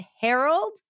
Harold